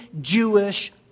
Jewish